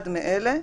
אחד מאלה,